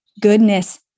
goodness